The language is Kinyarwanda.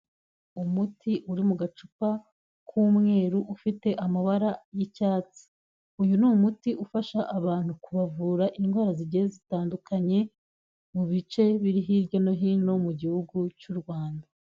Umuti uri mu gacupa k'umweru ufite amabara y'icyatsi. Uyu ni umuti ufasha abantu kubavura indwara zigiye zitandukanye mu bice biri hirya no hino mu gihugu cy'u Rwanda.